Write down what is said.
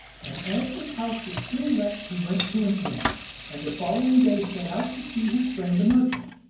and as his house was still let he went to an inn and the following day set out to see his friend the merchant,